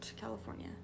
California